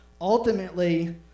Ultimately